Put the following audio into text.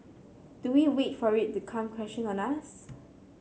do we wait for it to come crashing on us